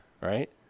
Right